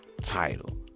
title